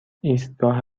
ایستگاه